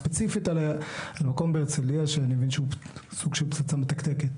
ספציפית על המקום בהרצליה שאני מבין שהוא סוג של פצצה מתקתקת.